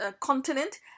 continent